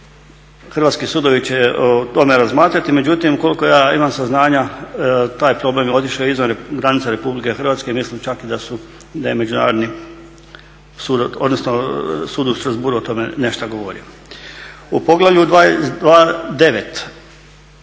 hrvatski sudovi će o tome razmatrati, međutim koliko ja imam saznanja taj je problem je otišao izvan granica RH, mislim čak da je međunarodni sud, odnosno sud u Strassbourgu nešto o tome govorio. U poglavlju 22.9